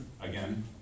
again